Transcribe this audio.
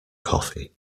coffee